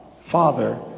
Father